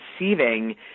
receiving